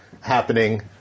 happening